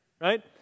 right